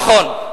נכון.